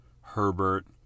Herbert